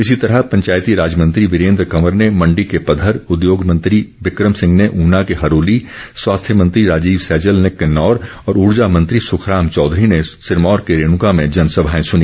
इसी तरह पंचायती राज मंत्री वीरेन्द्र कंवर ने मंडी के पघर उद्योग मंत्री बिक्रम सिंह ने ऊना के हरोली स्वास्थ्य मंत्री राजीव सैजल ने किन्नौर और ऊर्जा मंत्री सुखराम चौधरी ने सिरमौर के रेणुका में जन समस्याए सुनी